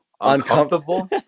Uncomfortable